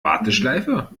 warteschleife